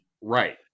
Right